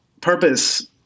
purpose